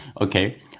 Okay